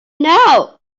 now